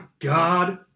God